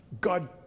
God